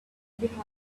behind